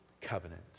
covenant